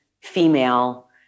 female